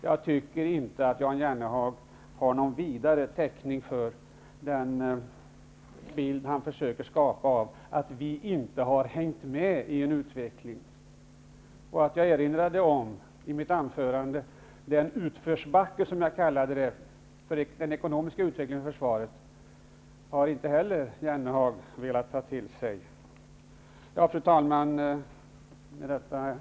Jag tycker inte att Jan Jennehag har någon vidare täckning för den bild han försöker skapa av att vi inte har hängt med i utvecklingen. Jag erinrade i mitt anförande om utförsbacken, som jag kallade det, för den ekonomiska utvecklingen när det gäller försvaret. Inte heller detta har Jan Jennehag velat ta till sig. Fru talman!